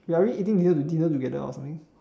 we are already eating dinner dinner together or something